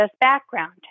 background